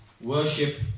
worship